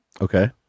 Okay